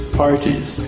parties